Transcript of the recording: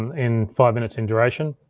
in five minutes in duration.